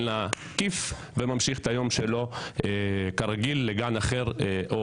לגננת כיף וממשיך את היום שלו כרגיל לגן אחר.